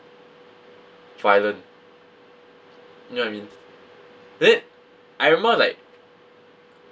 violent you know what I mean then I remember like